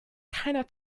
keiner